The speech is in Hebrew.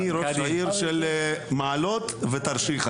אני ראש העיר של מעלות ותרשיחא,